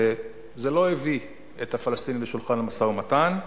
וזה לא הביא את הפלסטינים לשולחן המשא-ומתן.